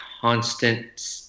constant